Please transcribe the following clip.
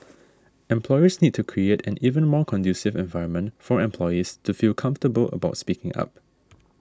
employers need to create an even more conducive environment for employees to feel comfortable about speaking up